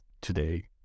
today